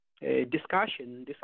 Discussion